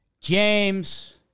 James